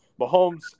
Mahomes